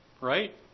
right